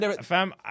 Fam